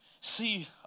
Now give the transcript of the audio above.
see